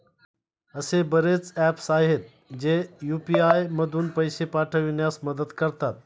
असे बरेच ऍप्स आहेत, जे यू.पी.आय मधून पैसे पाठविण्यास मदत करतात